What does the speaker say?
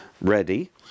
ready